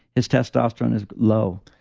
his testosterone is low.